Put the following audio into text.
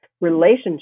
relationship